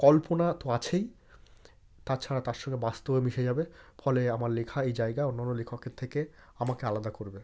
কল্পনা তো আছেই তাছাড়া তার সঙ্গে বাস্তবও মিশে যাবে ফলে আমার লেখা এই জায়গায় অন্য অন্য লেখকের থেকে আমাকে আলাদা করবে